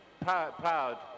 proud